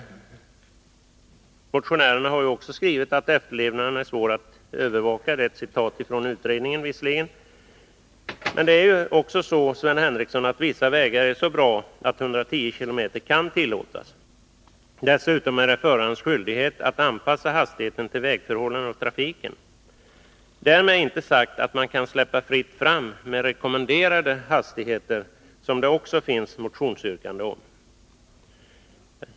Motionärerna har också skrivit att det är svårt att övervaka efterlevnaden. Vissa vägar är emellertid, Sven Henricsson, så bra att en hastighet på 110 km kan tillåtas. Dessutom är det förarens skyldighet att anpassa hastigheten till vägförhållandena och trafiken. Därmed är det inte sagt att man kan tillåta ett ”fritt fram” med rekommenderade hastigheter, som det också finns motionsyrkanden om.